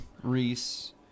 Reese